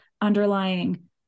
underlying